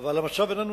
אבל המצב היום איננו